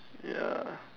ya